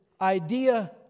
idea